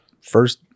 first